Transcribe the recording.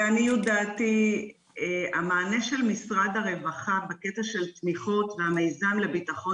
לעניות דעתי המענה של משרד הרווחה בקטע של תמיכות והמיזם לביטחון